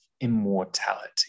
immortality